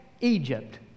Egypt